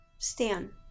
Stan